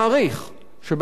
שבית-המשפט העליון,